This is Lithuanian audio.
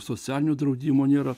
socialinio draudimo nėra